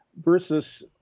versus